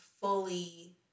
fully